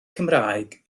cymraeg